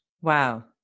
Wow